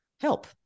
help